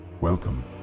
Welcome